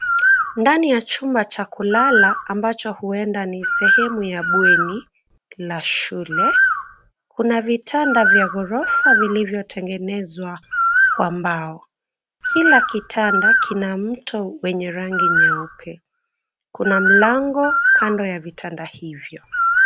Ndani ya chumba cha kulala ambacho huenda ni sehemu ya bweni la shule. Kuna vitanda vya ghorofa vilivyotengenezwa kwa mbao. Kila kitanda kina mto wenye rangi nyeupe. Kuna mlango kando ya vitanda hivyo.